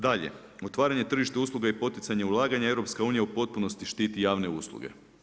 Dalje, otvaranje tržišta usluga i poticanje ulaganja EU u potpunosti štiti javne usluge.